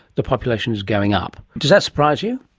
the population is going up. does that surprise you?